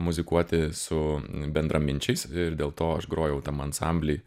muzikuoti su bendraminčiais ir dėl to aš grojau tam ansambly